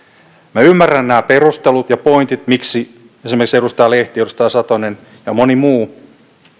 minä ymmärrän nämä perustelut ja pointit miksi esimerkiksi edustaja lehti edustaja satonen ja moni muu